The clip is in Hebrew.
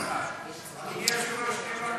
אדוני היושב-ראש,